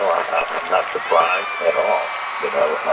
um i'm not surprised at all. you know,